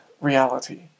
reality